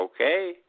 okay